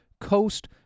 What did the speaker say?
Coast